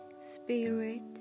Spirit